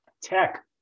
Tech